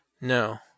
No